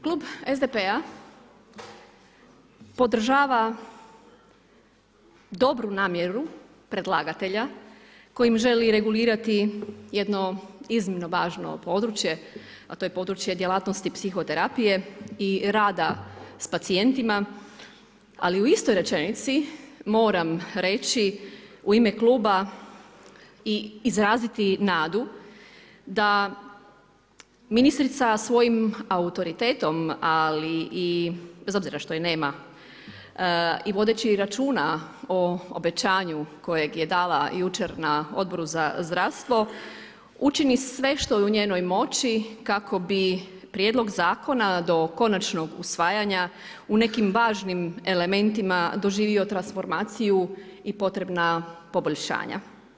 Klub SDP-a podržava dobru namjeru predlagatelja kojim želi regulirati jedno iznimno važno područje a to je područje djelatnosti psihoterapije i rada s pacijentima, ali u istoj rečenici moram reći u ime kluba i izraziti nadu da ministrica svoj autoritetom ali i bez obzira što je nema i vodeći računa o obećanju kojeg je dala jučer na Odboru na zdravstvo, učini sve što je u njenoj moći kako bi prijedlog zakona do konačnog usvajanja u nekim važnim elementima doživio transformaciju i potrebna poboljšanja.